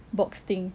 box thing